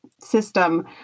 system